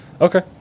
Okay